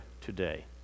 today